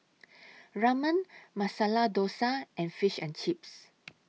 Ramen Masala Dosa and Fish and Chips